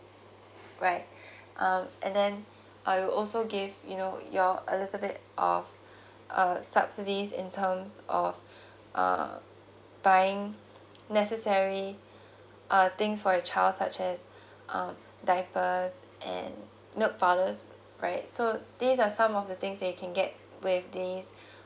right um and then uh it will also give you know your a little of uh subsidies in terms of uh buying necessary uh things for your child such as um diapers and milk powders right so these are some of the things that you can get with this